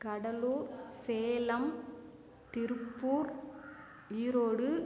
Cuddalore Salem Tiruppur Erode